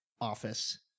office